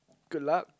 good luck